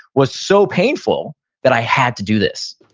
was so painful that i had to do this.